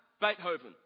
Beethoven